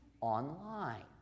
online